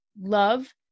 love